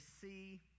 see